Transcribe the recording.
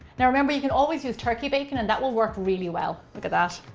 now remember you can always use turkey bacon and that will work really well. look at that.